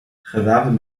gewapend